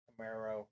Camaro